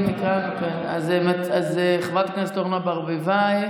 חברת הכנסת אורנה ברביבאי,